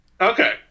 Okay